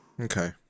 Okay